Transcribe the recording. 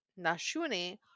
Nashuni